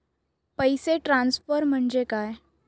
पैसे ट्रान्सफर म्हणजे काय?